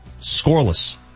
Scoreless